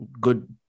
good